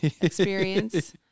experience